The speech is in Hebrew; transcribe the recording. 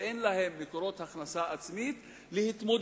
שאין להן מקורות הכנסה עצמית להתמודד,